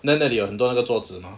then 那里有很多那个桌子 mah